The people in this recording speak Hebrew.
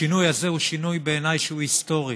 השינוי הזה הוא שינוי שבעיניי הוא היסטורי,